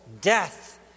Death